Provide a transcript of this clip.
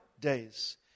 days